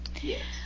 Yes